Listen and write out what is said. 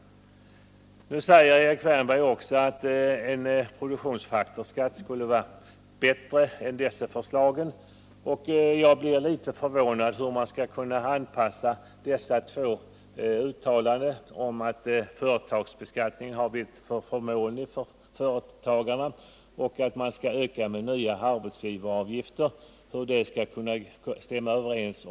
Erik Wärnberg säger vidare att en produktionsfaktorsskatt skulle vara bättre än de åtgärder vi föreslår. Jag förstår inte hur socialdemokraternas resonemang går ihop. Å ena sidan anser man att företagsbeskattningen har blivit förmånlig och att nya arbetsgivaravgifter bör införas.